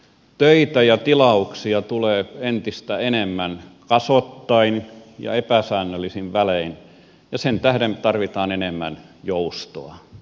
töitä ja tilauksia tulee entistä enemmän kasoittain ja epäsäännöllisin välein ja sen tähden tarvitaan enemmän joustoa